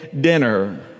dinner